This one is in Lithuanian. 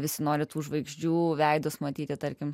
visi nori tų žvaigždžių veidus matyti tarkim